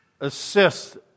assist